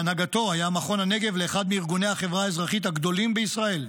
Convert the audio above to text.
בהנהגתו היה מכון הנגב לאחד מארגוני החברה האזרחית הגדולים בישראל.